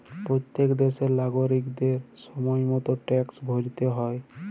প্যত্তেক দ্যাশের লাগরিকদের সময় মত ট্যাক্সট ভ্যরতে হ্যয়